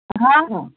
ہاں ہوں